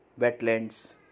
wetlands